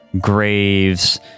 graves